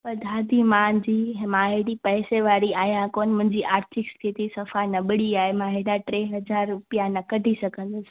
पर दादी मुंहिंजी मां हेॾी पैसे वारी आहियां कोनि मुंहिंजी आर्थिक स्थिती सफ़ा नबड़ी आहे मां हेॾा टे हज़ार रुपिया न कढी सघंदसि